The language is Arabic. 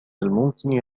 الممكن